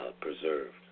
preserved